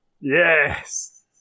Yes